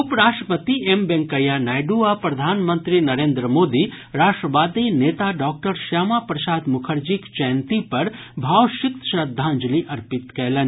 उप राष्ट्रपति एम वेंकैया नायडू आ प्रधानमंत्री नरेंद्र मोदी राष्ट्रवादी नेता डॉक्टर श्यामा प्रसाद मुखर्जीक जयंती पर भावसिक्त श्रद्धाजंलि अर्पित कयलनि